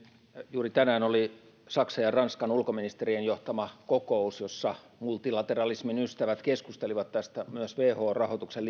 juuri tänään oli saksan ja ranskan ulkoministerien johtama kokous jossa multilateralismin ystävät keskustelivat myös tästä whon rahoituksen